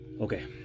Okay